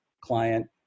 client